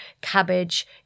cabbage